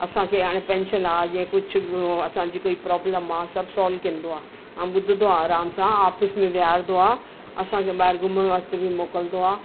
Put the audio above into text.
असांखे हाणे पैंशन आहे जीअं कुझु बि असांजी कोई प्रॉब्लम आहे सभु सॉल्व कंदो आहे ऐं ॿुधंदो आहे आराम सां ऑफ़िस में विहारींदो आहे असांखे ॿाहिरि घुमणु वास्ते बि मोकिलींदो आहे